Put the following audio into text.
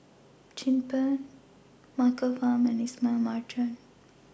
Chin Peng Michael Fam and Ismail Marjan